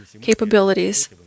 capabilities